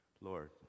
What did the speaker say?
Lord